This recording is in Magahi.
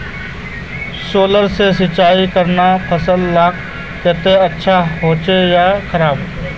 सोलर से सिंचाई करना फसल लार केते अच्छा होचे या खराब?